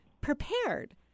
prepared